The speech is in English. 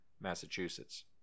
Massachusetts